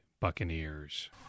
Buccaneers